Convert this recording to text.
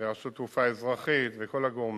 ורשות התעופה האזרחית וכל הגורמים.